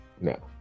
No